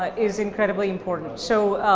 ah is incredibly important. so,